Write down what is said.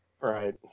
Right